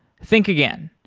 think again.